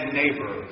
neighbor